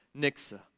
Nixa